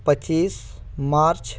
पच्चीस मार्च